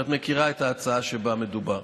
אני מניח שאת מכירה את ההצעה שבה מדובר.